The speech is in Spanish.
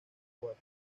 wars